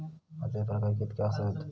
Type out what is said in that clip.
मातीचे प्रकार कितके आसत?